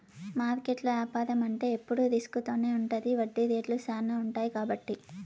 మార్కెట్లో యాపారం అంటే ఎప్పుడు రిస్క్ తోనే ఉంటది వడ్డీ రేట్లు శ్యానా ఉంటాయి కాబట్టి